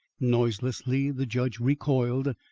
noiselessly the judge recoiled,